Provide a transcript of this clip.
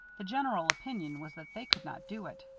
the general opinion was that they could not do it,